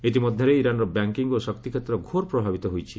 ଇତିମଧ୍ୟରେ ଇରାନ୍ର ବ୍ୟାଙ୍କିଙ୍ଗ୍ ଓ ଶକ୍ତି କ୍ଷେତ୍ର ଘୋର ପ୍ରଭାବିତ ହୋଇଛି